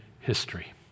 history